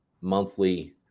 monthly